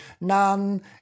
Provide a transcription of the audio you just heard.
none